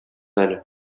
әле